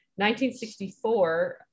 1964